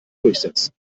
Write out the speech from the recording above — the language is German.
durchsetzen